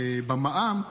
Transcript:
במע"מ,